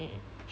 mm